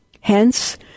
Hence